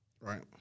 Right